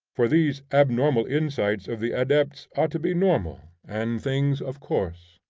for these abnormal insights of the adepts ought to be normal, and things of course.